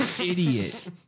idiot